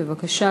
בבקשה,